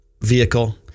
vehicle